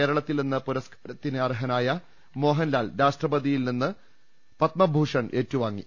കേരളത്തിൽനിന്ന് പുരസ്കാരത്തിന് അർഹനായ മോഹൻലാൽ രാഷ്ട്രപതിയിൽ നിന്ന് പത്മഭൂഷൻ ഏറ്റുവാങ്ങി